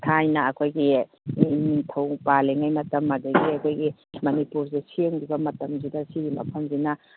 ꯊꯥꯏꯅ ꯑꯩꯈꯣꯏꯒꯤ ꯅꯤꯡꯊꯧ ꯄꯟꯂꯤꯉꯩ ꯃꯇꯝ ꯑꯗꯨꯗꯒꯤ ꯑꯩꯈꯣꯏꯒꯤ ꯃꯅꯤꯄꯨꯔꯁꯤ ꯁꯦꯝꯈꯤꯕ ꯃꯇꯝꯁꯤꯗ ꯁꯤꯒꯤ ꯃꯐꯝꯁꯤꯅ